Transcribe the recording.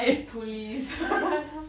police